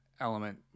element